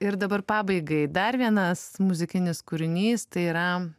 ir dabar pabaigai dar vienas muzikinis kūrinys tai yra